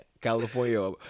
California